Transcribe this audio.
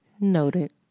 Noted